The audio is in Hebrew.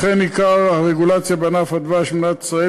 לכן עיקר הרגולציה בענף הדבש במדינת ישראל